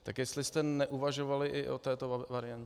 Tak jestli jste neuvažovali i o této variantě.